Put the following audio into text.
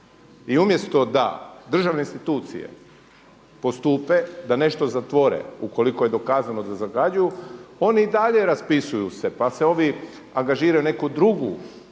I umjesto da državne institucije postupe, da nešto zatvore ukoliko je dokazano da zagađuju, oni i dalje raspisuju se, pa se ovi, angažiraju neku drugu